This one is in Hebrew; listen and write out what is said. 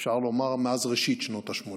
אפשר לומר מאז ראשית שנות ה-80.